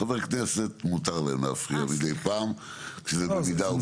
חברי כנסת מותר להם להפריע מידי פעם כשזה במידה.